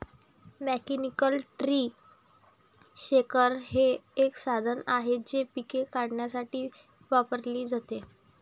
mechanical tree shaker हे एक साधन आहे जे पिके काढण्यासाठी वापरले जाते